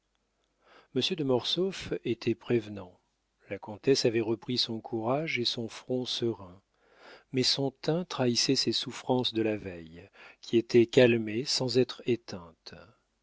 de mortsauf était prévenant la comtesse avait repris son courage et son front serein mais son teint trahissait ses souffrances de la veille qui étaient calmées sans être éteintes